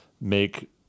make